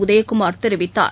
உதயகுமார் தெரிவித்தார்